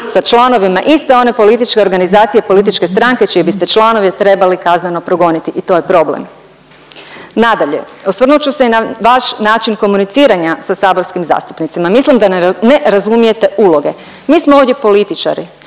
sa članovima iste one političke organizacije i političke stranke čije biste članove trebali kazneno progoniti i to je problem. Nadalje, osvrnut ću se i na vaš način komuniciranja sa saborskim zastupnicima, mislim da ne razumijete uloge. Mi smo ovdje političari